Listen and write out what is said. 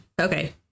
okay